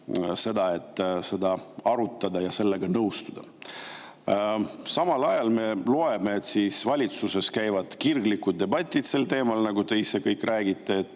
et seda arutada ja sellega nõustuda. Samal ajal me loeme, et valitsuses käivad kirglikud debatid sel teemal, nagu te ise kõik räägite,